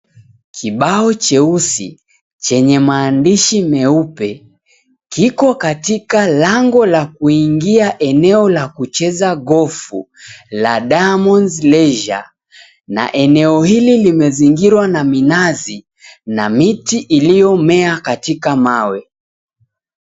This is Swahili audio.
Kibao cheusi chenye maandishi meupe, kiko katika lango la kuingia eneo la kucheza gofu la Diamonds Leisure na eneo hili limezingirwa na minazi na miti iliomea katika mawe.